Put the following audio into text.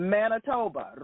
Manitoba